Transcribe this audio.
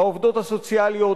העובדות הסוציאליות,